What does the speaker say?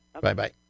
Bye-bye